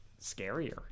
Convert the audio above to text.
scarier